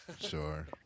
sure